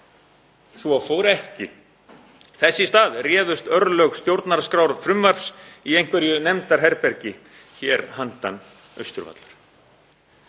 Svo fór ekki. Þess í stað réðust örlög stjórnarskrárfrumvarps í einhverju nefndarherbergi hér handan Austurvallar.